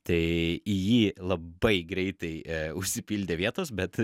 tai į jį labai greitai užsipildė vietos bet